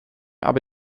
aber